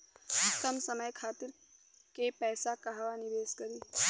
कम समय खातिर के पैसा कहवा निवेश करि?